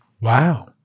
Wow